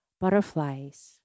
butterflies